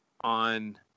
on